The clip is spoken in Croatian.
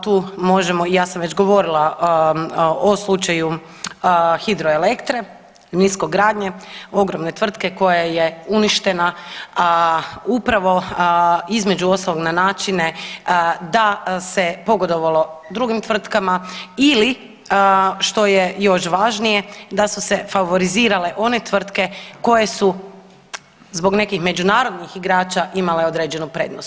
Tu možemo i ja sam već govorila o slučaju Hidroelektre niskogradnje, ogromne tvrtke koja je uništana, a upravo između ostalog na načine da se pogodovalo drugim tvrtkama ili što je još važnije da su se favorizirale one tvrtke koje su zbog nekim međunarodnih igrača imale određenu prednost.